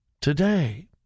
today